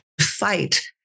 fight